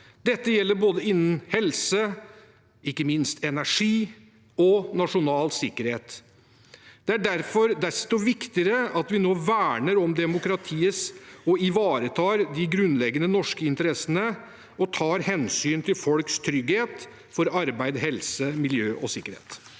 Det gjelder innen både helse, energi – ikke minst – og nasjonal sikkerhet. Det er derfor desto viktigere at vi nå verner om demokratiet, ivaretar de grunnleggende norske interessene og tar hensyn til folks trygghet for arbeid, helse, miljø og sikkerhet.